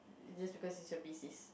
just because he's your basis